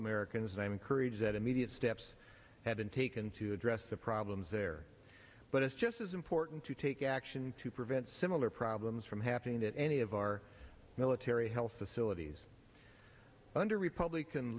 i'm encouraged that immediate steps have been taken to address the problems there but it's just as important to take action to prevent similar problems from happening at any of our military health facilities under republican